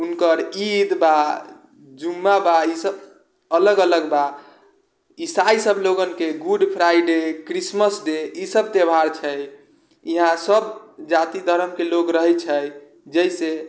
हुनकर ईद बा जुम्मा बा इसब अलग अलग बा ईसाई सब लोगन के गुड फ्राइडे क्रिसमस डे इसब त्योहार छै यहाँ सब जाति धरम के लोग रहै छै जैसे